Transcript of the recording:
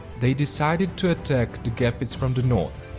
they decided to attack the gepids from the north,